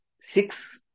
six